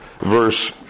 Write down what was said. verse